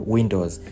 Windows